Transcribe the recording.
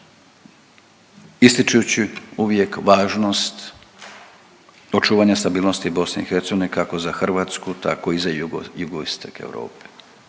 ističući uvijek važnost očuvanja stabilnosti BiH, kako za Hrvatsku, tako i za jugoistok Europe.